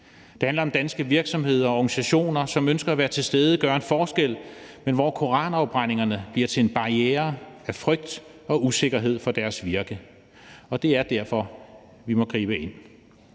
det handler om danske virksomheder og organisationer, som ønsker at være til stede og gøre en forskel, men hvor koranafbrændingerne bliver til en barriere af frygt og usikkerhed for deres virke. Det er derfor, vi må gribe ind.